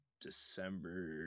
December